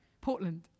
Portland